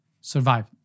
survive